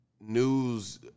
news